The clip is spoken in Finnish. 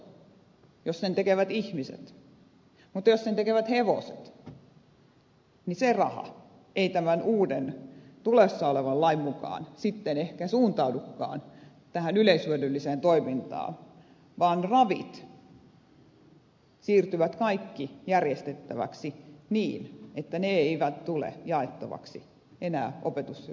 mutta jos sen tekevät hevoset niin se raha ei tämän uuden tulossa olevan lain mukaan sitten ehkä suuntaudukaan tähän yleishyödylliseen toimintaan vaan ravit siirtyvät kaikki järjestettäväksi niin että ne eivät tule jaettavaksi enää opetus ja kulttuuriministeriön kautta